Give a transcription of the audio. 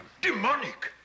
Demonic